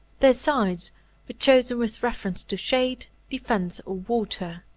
their sites were chosen with reference to shade, defence, or water.